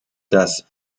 das